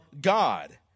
God